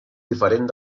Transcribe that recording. diferent